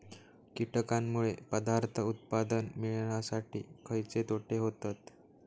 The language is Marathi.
कीटकांनमुळे पदार्थ उत्पादन मिळासाठी खयचे तोटे होतत?